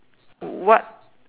what